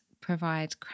provide